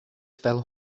fel